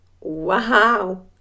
Wow